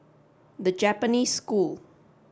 the Japanese School